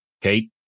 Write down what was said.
Kate